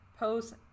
pose